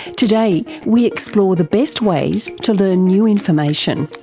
today we explore the best ways to learn new information.